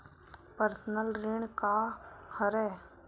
Personal ऋण का हरय?